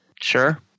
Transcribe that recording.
Sure